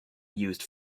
used